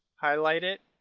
highlight it,